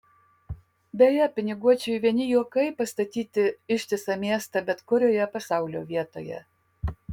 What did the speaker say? beje piniguočiui vieni juokai pastatyti ištisą miestą bet kurioje pasaulio vietoje